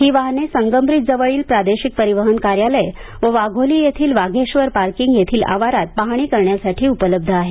ही वाहने संगमव्रीज जवळील प्रादेशिक परिवहन कार्यालय व वाघोली येथील वाघेश्वर पार्किंग येथील आवारात पाहणी करण्यासाठी उपलब्ध आहेत